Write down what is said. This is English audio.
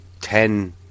ten